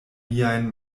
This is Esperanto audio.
miajn